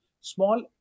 small